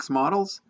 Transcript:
models